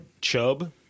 chub